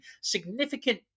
significant